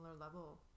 level